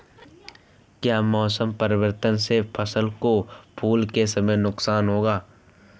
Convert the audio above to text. क्या मौसम परिवर्तन से फसल को फूल के समय नुकसान होगा?